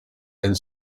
and